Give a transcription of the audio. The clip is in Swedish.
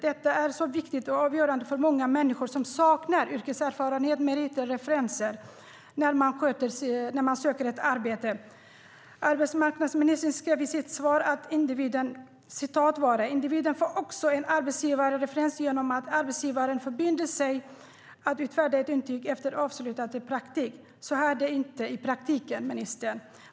Detta är viktigt och avgörande för många människor som saknar yrkeserfarenhet, meriter och referenser när man söker ett arbete. Arbetsmarknadsministern skrev i sitt svar att "individen får också en arbetsgivarreferens genom att arbetsgivaren förbinder sig att utfärda ett intyg efter avslutad praktik". Så är det inte i verkligheten, ministern.